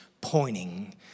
pointing